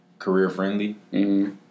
career-friendly